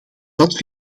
dat